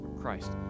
Christ